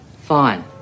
Fine